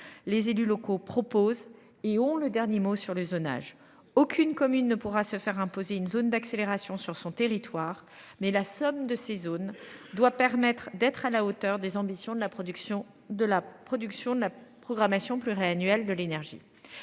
Les élus locaux proposent et ont le dernier mot sur le zonage aucune commune ne pourra se faire imposer une zone d'accélération sur son territoire mais la somme de ces zones doit permettre d'être à la hauteur des ambitions de la production de la production de la programmation pluriannuelle de l'énergie.